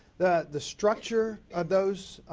the the structure of those